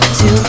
two